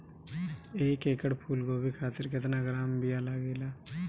एक एकड़ फूल गोभी खातिर केतना ग्राम बीया लागेला?